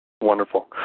Wonderful